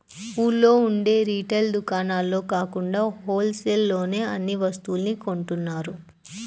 ఊళ్ళో ఉండే రిటైల్ దుకాణాల్లో కాకుండా హోల్ సేల్ లోనే అన్ని వస్తువుల్ని కొంటున్నారు